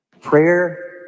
prayer